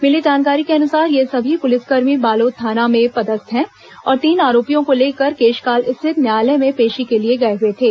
मिली जानकारी के अनुसार ये सभी पुलिसकर्मी बालोद थाना में पदस्थ हैं और तीन आरोपियों को लेकर केशकाल स्थित न्यायालय में पेशी के लिए गए हुए थे